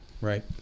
right